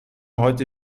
heute